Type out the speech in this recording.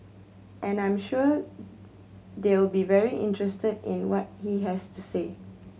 and I'm sure they'll be very interested in what he has to say